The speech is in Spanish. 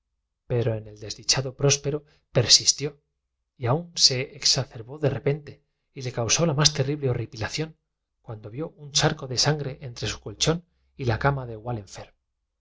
pero en el desdichado próspero persistió y aun se exacerbó de repen magnán sintiendo que un hombre le estrechaba la mano alzó los ojos te y le causó la más terrible borripilación cuando vió un charco de para ver quién era su protector enmedió de aqueua muchedumbre sangre entre su colchón y la cama de